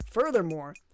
Furthermore